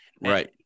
Right